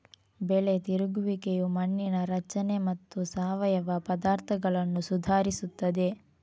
ಬೆಳೆ ತಿರುಗುವಿಕೆಯು ಮಣ್ಣಿನ ರಚನೆ ಮತ್ತು ಸಾವಯವ ಪದಾರ್ಥಗಳನ್ನು ಸುಧಾರಿಸುತ್ತದೆ